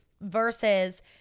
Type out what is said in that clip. versus